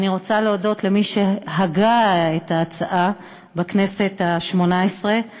אני רוצה להודות למי שהגה את ההצעה בכנסת השמונה-עשרה,